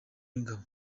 w’ingabo